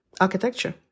architecture